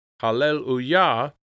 Hallelujah